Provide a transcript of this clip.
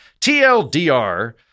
TLDR